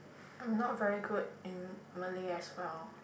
I'm not very good in Malay as well